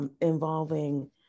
involving